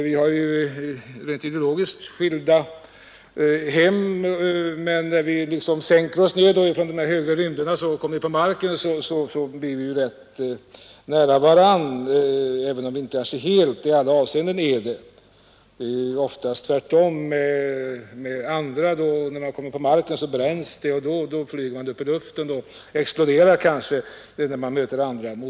Vi har rent ideologiskt skilda hem, men när vi sänker oss från de högre rymderna och kommer ner på marken hamnar vi rätt nära varandra, låt vara inte i alla avseenden. Det är ju oftast tvärtom med andra motståndare; när de kommer på marken bränns det, och de flyger i luften och exploderar.